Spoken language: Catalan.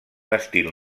estil